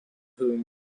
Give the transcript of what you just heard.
whom